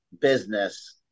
business